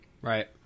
Right